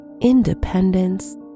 independence